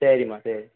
சரிம்மா சரி